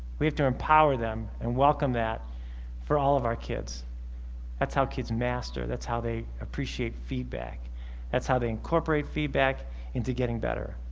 we have to empower them and welcome that for all of our kids that's how kids master that's how they appreciate feedback that's how they incorporate feedback into getting better